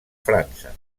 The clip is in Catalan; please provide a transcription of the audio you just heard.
frança